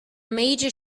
major